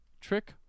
trick